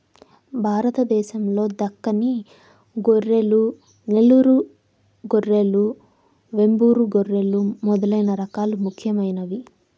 భారతదేశం లో దక్కని గొర్రెలు, నెల్లూరు గొర్రెలు, వెంబూరు గొర్రెలు మొదలైన రకాలు ముఖ్యమైనవి